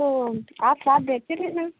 ओ आप साथ देखते भी हैं